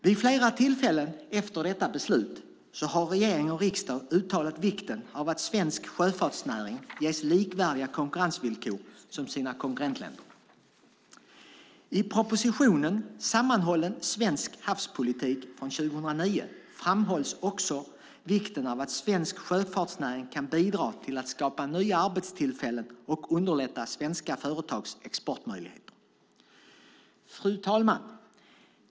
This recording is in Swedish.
Vid flera tillfällen efter detta beslut har regering och riksdag uttalat vikten av att svensk sjöfartsnäring ges likvärdiga konkurrensvillkor som sina konkurrentländer. I propositionen En sammanhållen svensk havspolitik från 2009 framhålls också vikten av att svensk sjöfartsnäring kan bidra till att skapa nya arbetstillfällen och underlätta svenska företags exportmöjligheter. Fru talman!